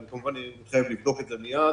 וכמובן, אני חייב לבדוק את זה מייד